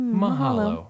Mahalo